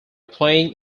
playing